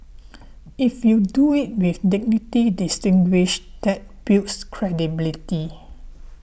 if you do it with dignity distinguished that builds credibility